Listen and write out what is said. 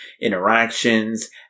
interactions